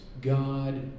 God